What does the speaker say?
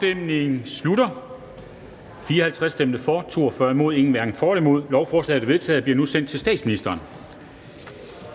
imod stemte 42 (V, DF, KF, NB og LA), hverken for eller imod stemte 0. Lovforslaget er vedtaget og bliver nu sendt til statsministeren. ---